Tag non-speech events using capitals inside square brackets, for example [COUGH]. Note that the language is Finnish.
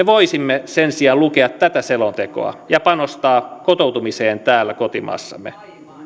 [UNINTELLIGIBLE] voisimme sen sijaan lukea tätä selontekoa ja panostaa kotoutumiseen täällä kotimaassamme